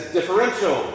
Differential